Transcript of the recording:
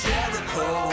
Jericho